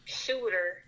shooter